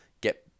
get